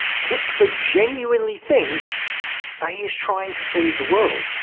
hitler genuinely thinks that he is trying to save the world.